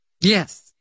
Yes